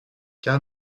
car